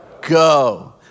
go